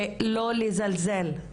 שלא לזלזל.